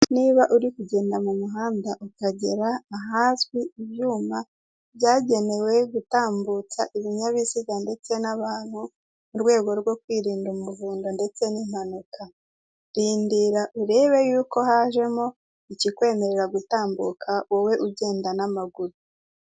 Niba uri kugenda mu muhanda ukagera ahazwi ibyuma byagenewe gutambutsa ibinyabiziga ndetse n'abantu, mu rwego rwo kwirinda umuvunda ndetse n'impanuka, rindira urebe yuko hajemo ikikwemerera gutambuka wowe ugenda n'amaguru.